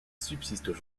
subsistent